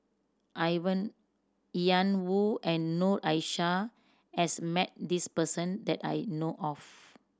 Ian Woo and Noor Aishah has met this person that I know of